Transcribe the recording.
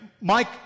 Mike